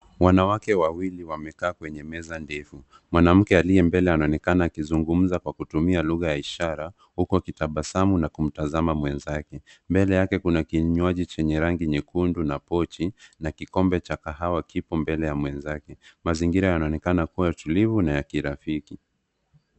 Wanawake wawili wamekaa kwenye meza ndefu. Mwanamke aliye mbele anaonekana akizungumza kwa kutumia lugha ya ishara huku akitabasamu na kumtazama mwenzake. Mbele yake kuna kinywaji chenye rangi nyekundu na pochi na kikombe cha kahawa kiko mbele ya mwenzake. Mazingira yanaonekana kuwa tulivu na ya kirafiki.